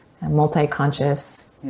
multi-conscious